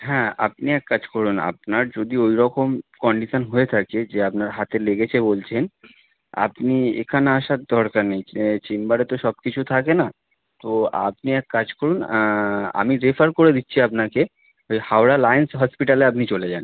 হ্যাঁ আপনি এক কাজ করুন আপনার যদি ওই রকম কন্ডিশান হয়ে থাকে যে আপনার হাতে লেগেছে বলছেন আপনি এখানে আসার দরকার নেই চেম্বারে তো সব কিছু থাকে না তো আপনি এক কাজ করুন আমি রেফার করে দিচ্ছি আপনাকে যে হাওড়া লায়েন্স হসপিটালে আপনি চলে যান